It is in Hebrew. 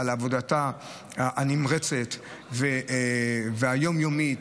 על עבודתה הנמרצת והיום-יומית,